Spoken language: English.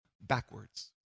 backwards